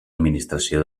administració